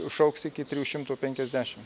išaugs iki trijų šimtų penkiasdešim